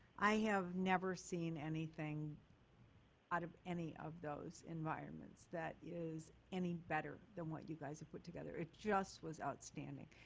i have never seen anything out of any of those environments that is any better than what you guys have put together. it just was outstanding.